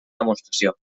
demostració